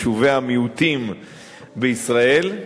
יישובי המיעוטים בישראל,